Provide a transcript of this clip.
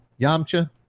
Yamcha